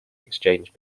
exchange